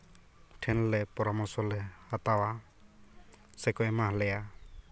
ᱴᱷᱮᱱᱞᱮ ᱯᱚᱨᱟᱢᱚᱨᱥᱚ ᱞᱮ ᱦᱟᱛᱟᱣᱟ ᱥᱮᱠᱚ ᱮᱢᱟ ᱞᱮᱭᱟ